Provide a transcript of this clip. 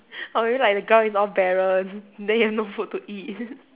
or maybe like the ground is all barren then you have no food to eat